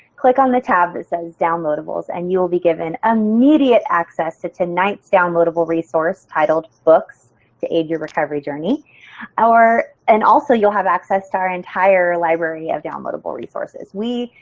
click on the tab that says downloadables and you'll be given immediate access to tonight's downloadable resource titled books to aid your recovery journey and also you'll have access to our entire library of downloadable resources. we,